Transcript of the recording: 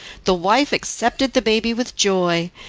the wife accepted the baby with joy,